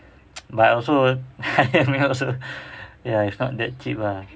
but also maid also it's not that cheap ah